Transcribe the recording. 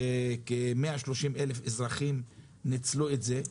וכ-130,000 אזרחים ניצלו את זה.